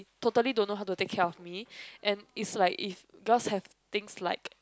totally don't know how to take care of me and is like is girls have things like